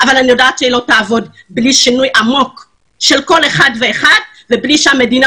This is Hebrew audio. אבל אני יודעת שהיא לא תעבוד בלי שינוי עמוק שלכל אחד ואחד ובלי שהמדינה